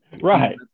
Right